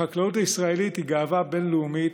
החקלאות הישראלית היא גאווה בין-לאומית,